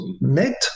net